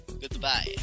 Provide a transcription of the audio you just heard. Goodbye